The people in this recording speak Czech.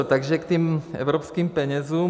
Takže k těm evropským penězům.